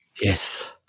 Yes